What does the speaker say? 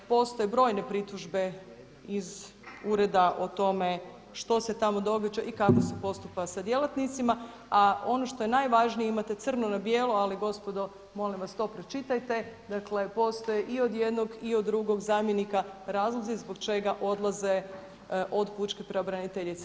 Postoje brojne pritužbe iz ureda o tome što se tamo događa i kako se postupa sa djelatnicima, a ono što je najvažnije imate crno na bijelo, ali gospodo molim vas to pročitajte, dakle postoji i od jednog i od drugog zamjenika razlozi zbog čega odlaze od pučke pravobraniteljice.